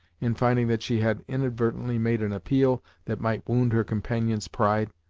in finding that she had in advertently made an appeal that might wound her compan ion's pride.